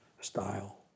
style